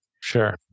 Sure